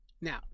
Now